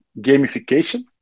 gamification